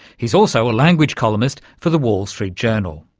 he's also a language columnist for the wall street journal.